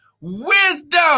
Wisdom